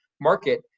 market